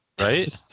Right